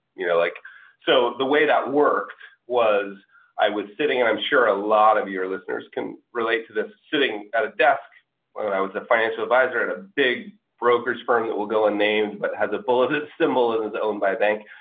you know like so, the way that worked was i was sitting. and i'm sure a lot of your listeners can relate to this, sitting at a desk when i was a financial advisor, a big brokerage firm, it will go unnamed, but has a bull as its symbol and is owned by a bank